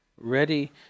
ready